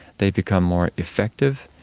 they become more effective,